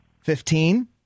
Fifteen